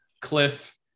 Cliff